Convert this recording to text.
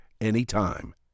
anytime